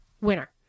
winner